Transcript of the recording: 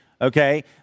okay